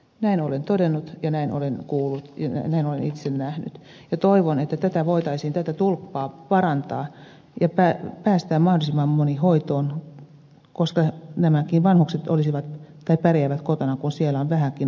näin olen todennut ja näin olen kuullut ja näin olen itse nähnyt ja toivon että tätä tulppaa voitaisiin parantaa ja päästää mahdollisimman moni hoitoon koska nämäkin vanhukset pärjäävät kotona kun siellä on vähänkin apua